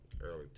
Early